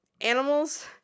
animals